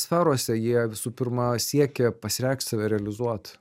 sferose jie visų pirma siekė pasireikšt save realizuot